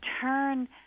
turn